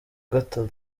gatanu